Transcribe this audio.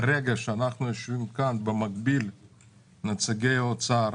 כרגע, כשאנחנו יושבים כאן, נציגי האוצר,